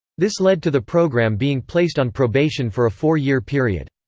this led to the program being placed on probation for a four-year period.